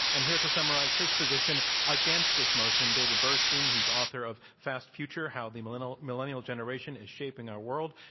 and here to summarize his position against this motion, david burstein. he's author of fast future, how the millennial millennial generation is shaping our world.